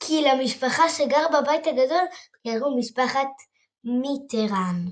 כי למשפחה שגרה בבית הגדול קראו משפחת מיטראן.